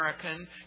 American